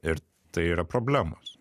ir tai yra problemos